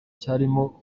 cyarimo